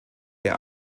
der